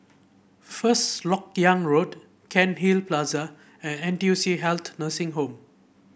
First LoK Yang Road Cairnhill Plaza and N T U C Health Nursing Home